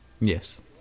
Yes